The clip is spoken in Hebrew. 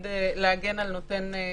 הייתי שמח לשמוע מה אומרים על זה אנשי